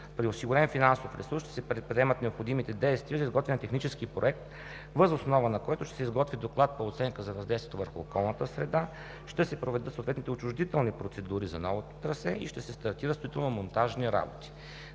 При осигурен финансов ресурс се предприемат необходимите действия за изготвяне на технически проект, въз основа на което ще се изготви доклад по оценка за въздействието върху околната среда, ще се проведат съответните отчуждителни процедури за новото трасе и ще се стартират строително монтажни работи.